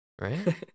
right